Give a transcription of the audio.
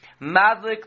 madlik